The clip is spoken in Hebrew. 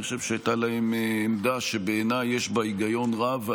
אני חושב שהייתה להם עמדה שבעיניי יש בה היגיון רב.